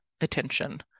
attention